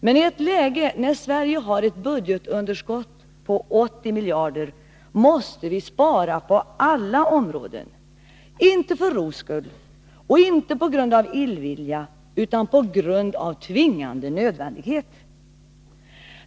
Men i ett läge då Sverige har ett budgetunderskott på 80 miljarder måste vi spara på alla områden, inte för ro skull och inte heller på grund av illvilja utan på grund av tvingande nödvändighet.